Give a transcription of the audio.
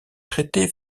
traité